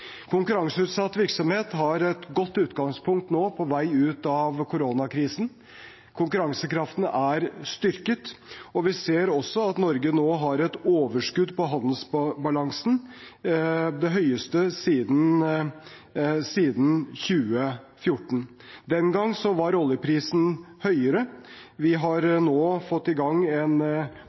Konkurranseutsatt virksomhet har et godt utgangspunkt nå på vei ut av koronakrisen. Konkurransekraften er styrket. Vi ser også at Norge nå har et overskudd på handelsbalansen, det høyeste siden 2014. Den gang var oljeprisen høyere. Vi har nå fått i gang en